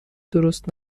درست